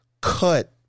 cut